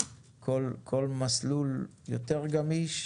כל מסלול יותר גמיש,